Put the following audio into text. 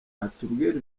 atubwire